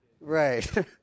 Right